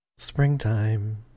Springtime